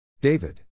David